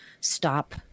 stop